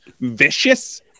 Vicious